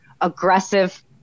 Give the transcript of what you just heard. aggressive